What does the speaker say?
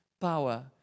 power